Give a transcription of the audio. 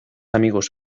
amigos